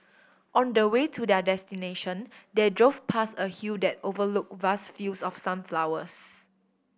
on the way to their destination they drove past a hill that overlooked vast fields of sunflowers